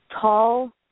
tall